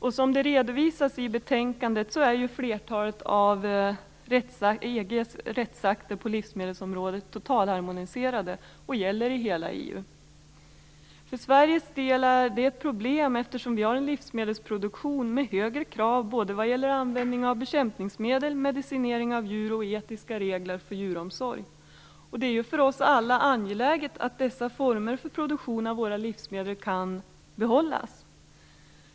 Såsom redovisas i betänkandet är flertalet av EG:s rättsakter på livsmedelsområdet totalharmoniserade och gäller i hela EU. För Sveriges del är det ett problem, eftersom vi har en livsmedelsproduktion med högre krav vad gäller både användning av bekämpningsmedel, medicinering av djur och etiska regler för djuromsorg. Det är angeläget för oss alla att dessa former för produktion av våra livsmedel kan behållas.